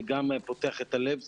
זה גם פותח את הלב,